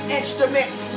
instruments